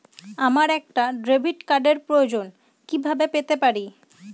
আমার একটা ডেবিট কার্ডের প্রয়োজন কিভাবে পেতে পারি?